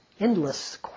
endless